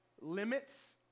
limits